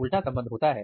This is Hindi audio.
उल्टा संबंध होता है